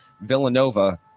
Villanova